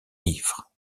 livres